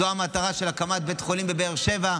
זו המטרה של הקמת בית חולים בבאר שבע,